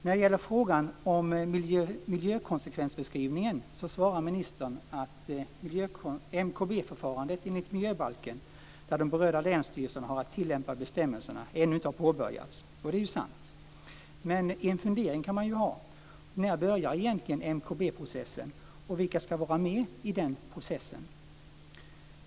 När det gäller frågan om miljökonsekvensbeskrivningen svarar ministern att ett MKB-förfarande enligt miljöbalken - där de berörda länsstyrelserna har att tillämpa bestämmelserna - ännu inte har påbörjats. Det är ju sant, men man kan ha en fundering. När börjar egentligen MKB-processen, och vilka ska vara med i den processen?